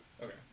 Okay